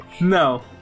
no